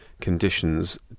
conditions